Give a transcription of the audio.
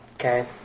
Okay